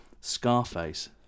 Scarface